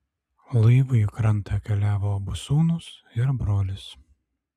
laivu į krantą keliavo abu sūnūs ir brolis